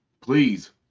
Please